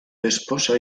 esposa